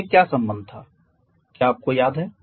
इनमें क्या संबंध था क्या आपको याद है